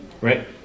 Right